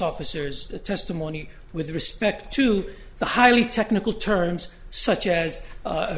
officers testimony with respect to the highly technical terms such as